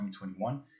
2021